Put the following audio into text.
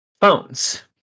phones